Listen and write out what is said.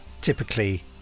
typically